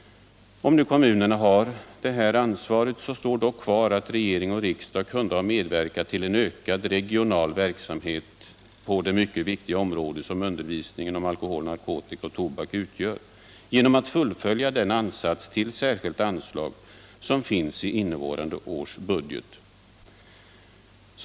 Om nu kommunerna här det ansvaret kvarstår dock att regering och riksdag kunde ha medverkat till: en ökad regional verksamhet på det mycket viktiga område, som undervisningen om alkohol, narkotika och tobak utgör, genom att fullfölja den ansats till särskilt anslag som finns i innevarande års budget.